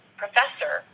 professor